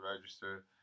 register